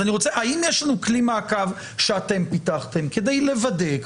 האם יש לנו כלי מעקב שאתם פיתחתם כדי לוודא,